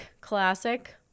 classic